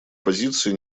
позиций